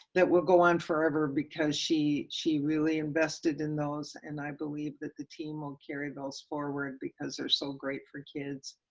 that will go on forever because she she really invested in those and i believe the team will carry those forward because they're so great for kids.